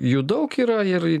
jų daug yra ir